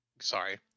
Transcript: Sorry